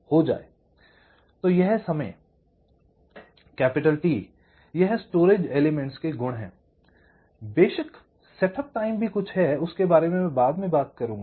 तो यह समय T यह भंडारण तत्वों के गुण हैं I बेशक सेटअप टाइम भी कुछ है उसके बारे में मैं बाद में बात करूंगा